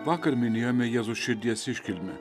vakar minėjome jėzaus širdies iškilmę